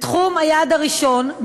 בתחום היעד הראשון,